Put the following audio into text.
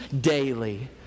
daily